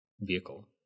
vehicle